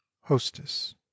hostess